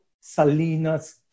Salinas